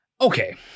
Okay